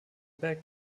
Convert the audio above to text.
back